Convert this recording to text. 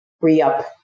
re-up